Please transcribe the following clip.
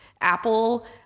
Apple